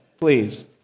please